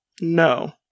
No